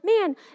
man